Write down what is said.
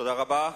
תודה רבה,